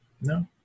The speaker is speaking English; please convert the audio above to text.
no